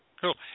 Cool